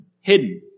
hidden